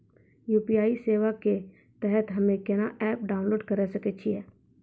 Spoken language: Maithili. यु.पी.आई सेवा के तहत हम्मे केना एप्प डाउनलोड करे सकय छियै?